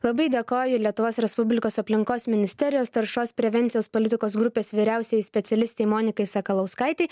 labai dėkoju lietuvos respublikos aplinkos ministerijos taršos prevencijos politikos grupės vyriausiajai specialistei monikai sakalauskaitei